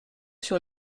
sur